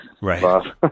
Right